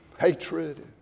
hatred